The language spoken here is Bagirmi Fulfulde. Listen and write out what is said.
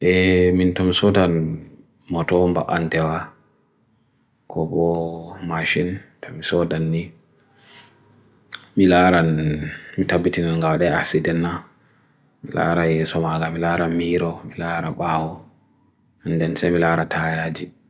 Ee, min tamisodan motom ba antewa kobo machin tamisodan ni milaran utabitin angawde ahsiden na milara ee sumaga milara miiro milara bao and then sem milara taye haji.